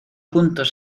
juntos